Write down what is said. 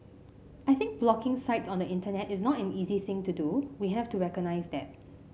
I think blocking sites on the Internet is not an easy thing to do we have to recognise that